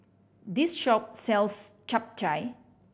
this shop sells Chap Chai